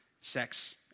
sex